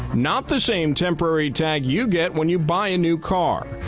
not the same temporary tag you get when you buy a new car.